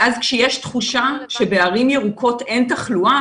ואז כשיש תחושה שבערים ירוקות אין תחלואה